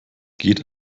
geht